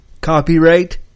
Copyright